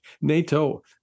NATO